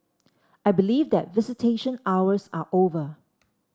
I believe that visitation hours are over